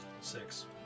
Six